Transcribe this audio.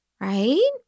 right